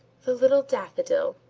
the little daffodil!